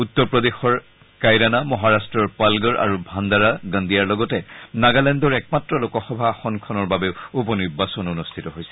উত্তৰ প্ৰদেশৰ কাইৰানা মহাৰাট্টৰ পালগড় আৰু ভাণ্ডাৰা গন্দিয়াৰ লগতে নগালেণ্ডৰ একমাত্ৰ লোকসভা আসনখনৰ বাবে উপ নিৰ্বাচন অনুষ্ঠিত হৈছে